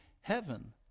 heaven